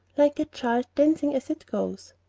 like a child dancing as it goes.